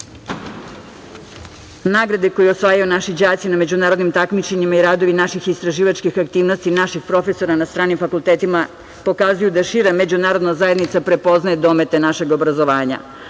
Nagrade koje osvajaju naši đaci na međunarodnim takmičenjima i radovi naših istraživačkih aktivnosti, naših profesora na stranim fakultetima pokazuju da šira međunarodna zajednica prepoznaje domete našeg obrazovanja.